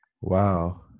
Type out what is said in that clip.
Wow